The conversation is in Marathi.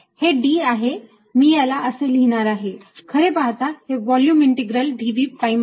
हे d आहे मी याला असे लिहणार आहे खरेपाहता हे व्हॉल्युम इंटेग्रल dv प्राईम आहे